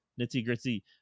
nitty-gritty